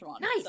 nice